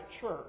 church